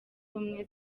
ubumwe